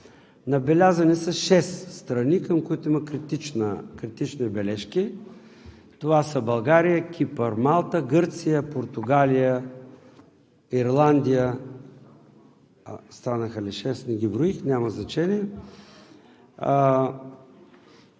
Набелязани са шест страни, към които има критични бележки. Това са България, Кипър, Малта, Гърция, Португалия, Ирландия. Станаха ли шест – не ги броих, няма значение.